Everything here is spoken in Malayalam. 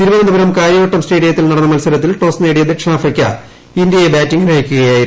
തിരുവനന്തപുരം കാരൃവട്ടം സ്റ്റേഡിയത്തിൽ നടന്ന മത്സരത്തിൽ ടോസ് നേടിയ ദക്ഷിണാഫ്രിക്ക ഇന്തൃയെ ബാറ്റിംഗിനയക്കുകയായിരുന്നു